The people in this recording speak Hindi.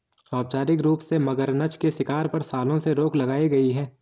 औपचारिक रूप से, मगरनछ के शिकार पर, सालों से रोक लगाई गई है